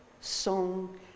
song